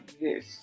Yes